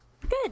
good